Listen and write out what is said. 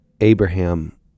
Abraham